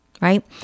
right